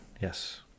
yes